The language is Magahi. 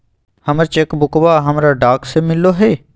हमर चेक बुकवा हमरा डाक से मिललो हे